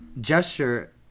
gesture